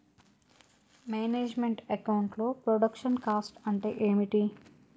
Manage meant account లో production cost అంటే ఏమిటి?